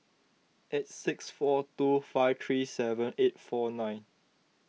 eight six four two five three seven eight four nine